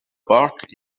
porc